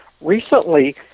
Recently